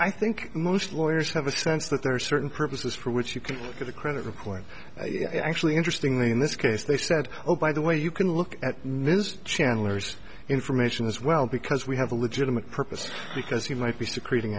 i think most lawyers have a sense that there are certain purposes for which you can get a credit report actually interestingly in this case they said oh by the way you can look at mr chandler's information as well because we have a legitimate purpose because he might be sick reading